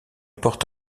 porte